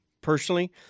personally